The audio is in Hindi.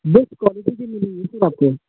बेस्ट क्वालिटी के मिलेंगे सिर आपको